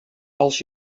als